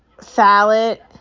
Salad